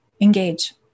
engage